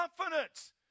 confidence